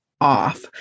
off